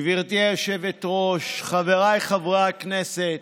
גברתי היושבת-ראש, חבריי חברי הכנסת,